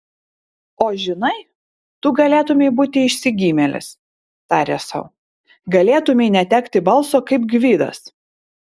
o žinai tu galėtumei būti išsigimėlis tarė sau galėtumei netekti balso kaip gvidas